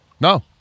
No